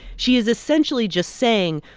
she is essentially just saying,